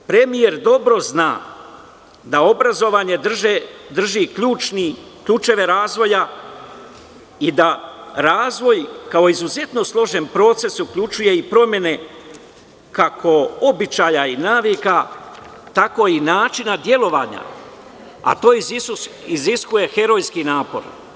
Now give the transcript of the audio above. Premijer dobro zna da obrazovanje drži ključeve razvoja i da razvoj kao izuzetno složen proces uključuje i promene, kako običaja i navika, tako i načina delovanja, a to iziskuje herojski napor.